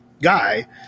guy